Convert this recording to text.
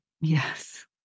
Yes